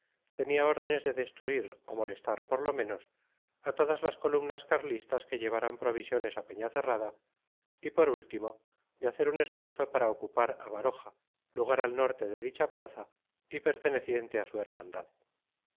tenía órdenes de destruir o molestar por lo menos a todas las columnas carlistas que llevaran provisiones a peñacerrada y por último de hacer un esfuerzo para ocupar a baroja lugar al norte de dicha plaza y perteneciente a su hermandad